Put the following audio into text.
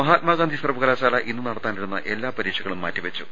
മഹാത്മാഗാന്ധി സർവകലാശാല ഇന്ന് നടത്താനിരുന്ന എല്ലാ പരീക്ഷകളും മാറ്റിവച്ചു